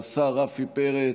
השר רפי פרץ,